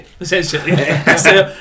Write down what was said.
essentially